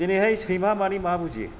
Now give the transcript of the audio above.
दिनैहाय सैमा मानि मा बुजियो